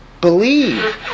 believe